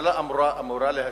הממשלה אמורה להשיב,